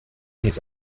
his